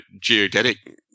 geodetic